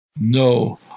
No